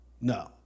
No